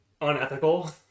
unethical